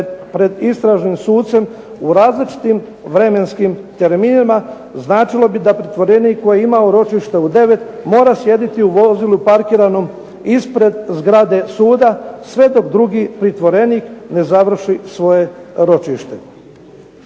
pred istražnim sucem u različitim vremenskim terminima, značilo bi da pritvorenik koji je imao ročište u 9 mora sjediti u vozilu parkiranom ispred grade suda sve dok drugi pritvorenik ne završi svoje ročište.